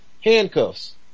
handcuffs